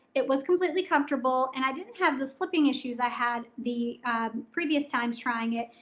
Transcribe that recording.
it was completely comfortable and i didn't have the slipping issues i had the previous times trying it.